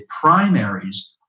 primaries